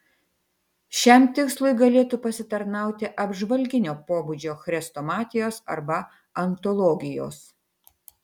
šiam tikslui galėtų pasitarnauti apžvalginio pobūdžio chrestomatijos arba antologijos